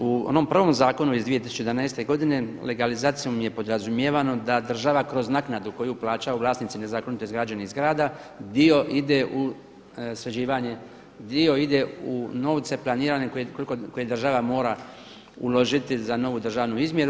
U onom prvom zakonu iz 2011. godine legalizacijom je podrazumijevano da država kroz naknadu koju plaćaju vlasnici nezakonito izgrađeni zgrada dio ide u sređivanje, dio ide u novce planirane koje država mora uložiti za novu državnu izmjeru.